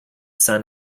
son